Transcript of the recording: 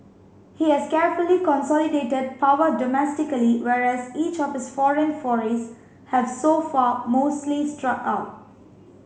he has carefully consolidated power domestically whereas each of his foreign forays have so far mostly struck out